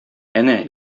әнә